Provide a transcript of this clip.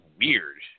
weird